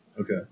Okay